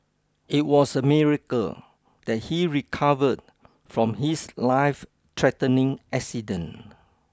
it was a miracle that he recovered from his life threatening accident